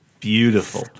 beautiful